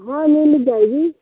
हाँ मिल जाएगी